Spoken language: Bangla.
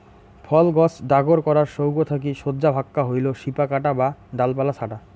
ফল গছ ডাগর করার সৌগ থাকি সোজা ভাক্কা হইল শিপা কাটা বা ডালপালা ছাঁটা